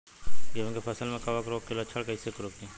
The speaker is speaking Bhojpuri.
गेहूं के फसल में कवक रोग के लक्षण कईसे रोकी?